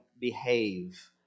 behave